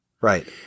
Right